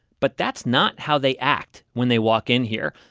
but that's not how they act when they walk in here.